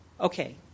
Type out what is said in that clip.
Okay